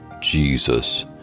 Jesus